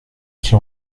qu’il